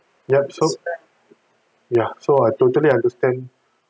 yup so ya so I totally understand